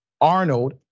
Arnold